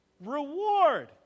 reward